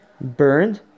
burned